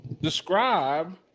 Describe